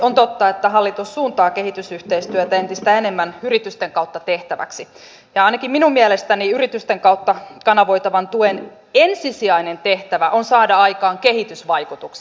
on totta että hallitus suuntaa kehitysyhteistyötä entistä enemmän yritysten kautta tehtäväksi ja ainakin minun mielestäni yritysten kautta kanavoitavan tuen ensisijainen tehtävä on saada aikaan kehitysvaikutuksia